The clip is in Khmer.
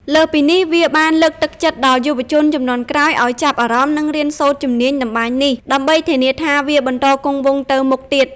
លើសពីនេះ វាបានលើកទឹកចិត្តដល់យុវជនជំនាន់ក្រោយឲ្យចាប់អារម្មណ៍ និងរៀនសូត្រជំនាញតម្បាញនេះ ដើម្បីធានាថាវាបន្តគង់វង្សទៅមុខទៀត។